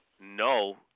no